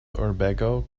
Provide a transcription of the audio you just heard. urbego